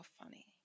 funny